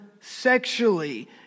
sexually